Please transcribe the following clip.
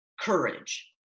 courage